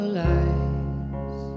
lies